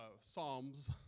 psalms